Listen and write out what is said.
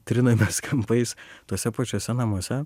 trinamės kampais tuose pačiuose namuose